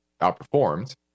outperformed